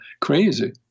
crazy